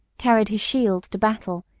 carried his shield to battle,